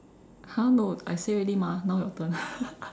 !huh! no I say already mah now your turn